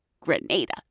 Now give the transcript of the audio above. Grenada